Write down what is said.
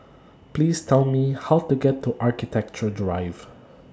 Please Tell Me How to get to Architecture Drive